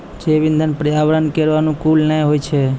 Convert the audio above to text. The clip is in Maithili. जैव इंधन पर्यावरण केरो अनुकूल नै होय छै